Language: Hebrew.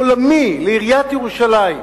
עולמי, לעיריית ירושלים,